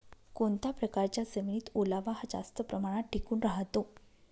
कोणत्या प्रकारच्या जमिनीत ओलावा हा जास्त प्रमाणात टिकून राहतो?